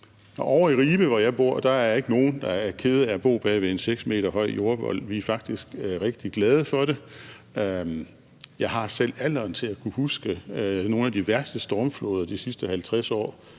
Ovre i Ribe, hvor jeg bor, er der ikke nogen, der er kede af at bo bag ved en 6 meter høj jordvold. Vi er faktisk rigtig glade for det. Jeg har selv alderen til at kunne huske nogle af de værste stormfloder de sidste 50 år: